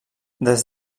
des